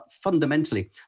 fundamentally